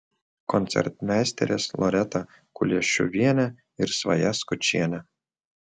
koncertmeisterės loreta kuliešiuvienė ir svaja skučienė